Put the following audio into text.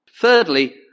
Thirdly